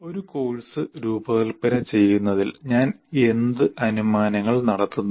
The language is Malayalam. ഈ കോഴ്സ് രൂപകൽപ്പന ചെയ്യുന്നതിൽ ഞാൻ എന്ത് അനുമാനങ്ങൾ നടത്തുന്നു